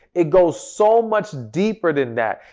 it goes so much deeper than that.